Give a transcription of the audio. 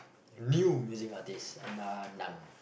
a new music artist and are none